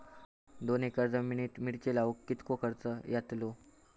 दोन एकर जमिनीत मिरचे लाऊक कितको खर्च यातलो?